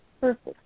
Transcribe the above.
Perfect